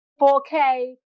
4K